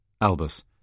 Albus